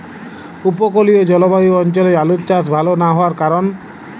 উপকূলীয় জলবায়ু অঞ্চলে আলুর চাষ ভাল না হওয়ার কারণ?